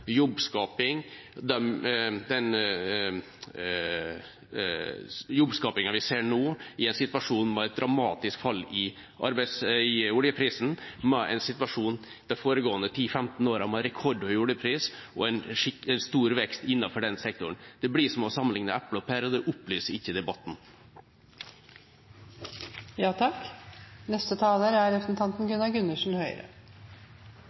jobbskaping – den jobbskapingen vi ser nå, i en situasjon med et dramatisk fall i oljeprisen, og en situasjon de foregående ti–femten årene med rekordhøy oljepris og en stor vekst innenfor den sektoren. Det blir som å sammenligne epler og pærer – og det opplyser ikke debatten. Hvis selvskryt er